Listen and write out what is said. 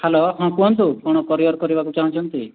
hello ହଁ କୁହନ୍ତୁ କ'ଣ କୋରିଅର୍ କରିବାକୁ ଚାହୁଁଛନ୍ତି